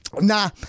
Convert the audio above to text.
Nah